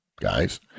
guys